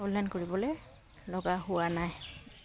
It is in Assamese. অনলাইন কৰিবলৈ লগা হোৱা নাই